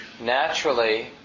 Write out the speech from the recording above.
Naturally